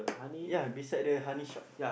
ya beside the honey shop